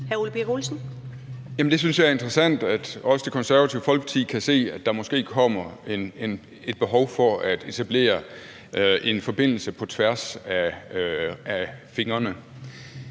det synes jeg er interessant, altså at Det Konservative Folkeparti også kan se, at der måske kommer et behov for at etablere en forbindelse på tværs af fingrene.